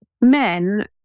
men